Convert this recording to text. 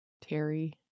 Terry